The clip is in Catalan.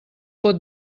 pot